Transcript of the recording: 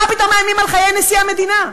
מה פתאום מאיימים על חיי נשיא המדינה?